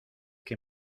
que